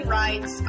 rights